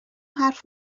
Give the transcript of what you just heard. حرف